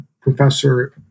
professor